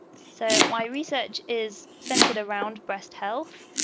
so my research is centered around breast health.